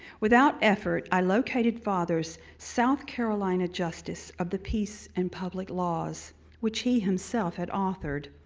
without effort, i located father's south carolina justice of the peace and public laws which he, himself had authored.